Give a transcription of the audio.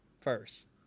first